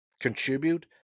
contribute